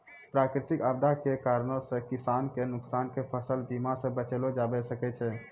प्राकृतिक आपदा के कारणो से किसान के नुकसान के फसल बीमा से बचैलो जाबै सकै छै